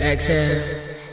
Exhale